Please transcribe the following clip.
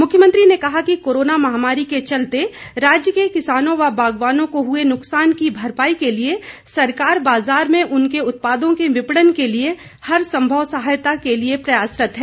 मुख्यमंत्री ने कहा कि कोरोना महामारी के चलते राज्य के किसानों बागवानों को हुए नुकसान की भरपाई के लिए सरकार बाजार में उनके उत्पादों के विपणन के लिए हर संभव सहायता के लिए प्रयासरत है